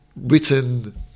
written